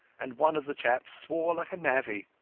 and one of the chaps swore like a navvy